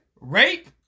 rape